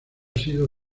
sido